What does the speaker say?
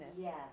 Yes